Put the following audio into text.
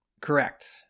Correct